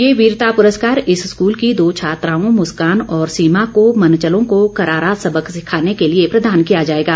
ये वीरता पुरस्कार इस स्कूल की दो छात्राओं मुस्कान और सीमा को मनचलों को करारा सबक सिखाने के लिए प्रदान किया जाएगा